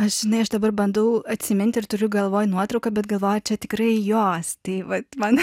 aš žinai aš dabar bandau atsiminti ir turiu galvoj nuotrauką bet galvoju čia tikrai jos tai va man